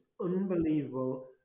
unbelievable